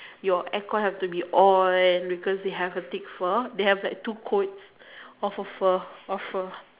your air con have to be on because they have a thick fur they have like two coats of a fur of fur